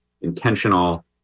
intentional